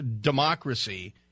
democracy –